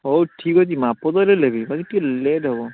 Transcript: ହେଉ ଠିକ୍ ଅଛି ମାପ ତ ନେଇନେବି ବାକି ଟିକେ ଲେଟ୍ ହେବ